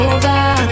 over